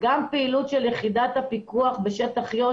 פעילות של יחידת הפיקוח בשטח יו"ש,